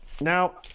now